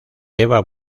eva